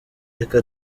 reka